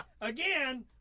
again